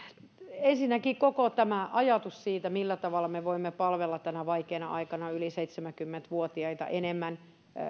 ensinnäkin koko tämä ajatus siitä millä tavalla me voimme palvella tänä vaikeana aikana yli seitsemänkymmentä vuotiaita enemmän